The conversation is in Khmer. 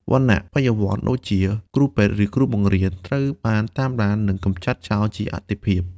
វណ្ណៈ "បញ្ញវន្ត" ដូចជាគ្រូពេទ្យ ឬគ្រូបង្រៀន ត្រូវបានតាមដាន និងកម្ចាត់ចោលជាអាទិភាព។